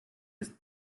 ist